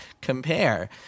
compare